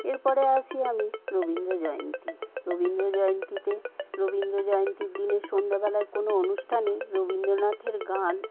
এরপরে আসি আমি রবীন্দ্র জয়ন্তী রবীন্দ্র জয়ন্তীতে রবীন্দ্র জয়ন্তীর দিনে সন্ধ্যাবেলায় কোনো অনুষ্ঠানে রবীন্দ্রনাথের গান